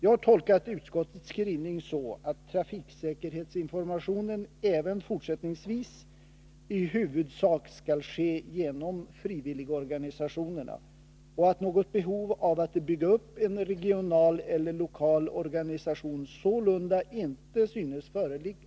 Jag har tolkat utskottets skrivning så att trafiksäkerhetsinformationen även fortsättningsvis i huvudsak skall ske genom frivilligorganisationerna och att något behov av att bygga upp en regional eller lokal organisation sålunda inte synes föreligga.